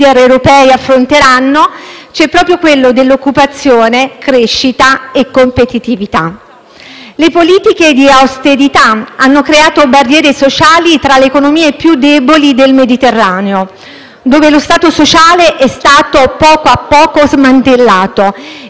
Le politiche di austerità hanno creato barriere sociali tra le economie più deboli del Mediterraneo, in cui lo Stato sociale è stato poco a poco smantellato, e le economie dell'Europa settentrionale, in cui i sistemi di protezione sociale hanno invece tenuto.